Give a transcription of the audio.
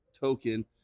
token